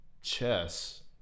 chess